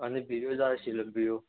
आनी बियो जाय आशिल्लो बियो